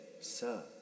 Sir